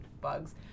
bugs